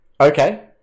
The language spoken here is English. okay